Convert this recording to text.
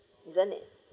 isn't it